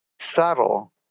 subtle